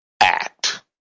act